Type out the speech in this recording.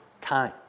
time